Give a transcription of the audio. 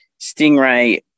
Stingray